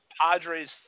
Padres